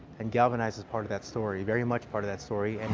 and galvanize is part of that story, very much part of that story, and